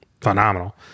phenomenal